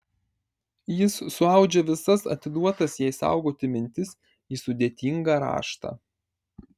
jis suaudžia visas atiduotas jai saugoti mintis į sudėtingą raštą